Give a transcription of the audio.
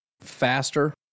faster